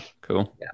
Cool